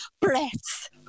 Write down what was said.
breaths